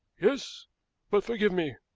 yes but, forgive me,